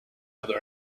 other